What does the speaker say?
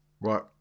Right